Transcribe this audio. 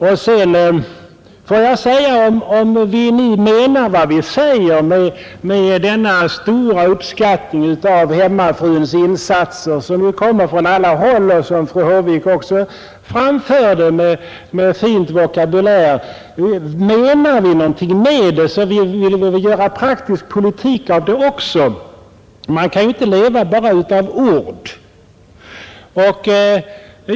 Om vi nu menar något med talet om denna stora uppskattning av hemmafruns insatser, som framförts från alla håll och som fru Håvik också gav uttryck åt med fin vokabulär, så vill vi väl också göra praktisk politik av det. Man kan ju inte leva bara av ord.